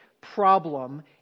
problem